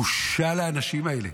בושה לאנשים האלה.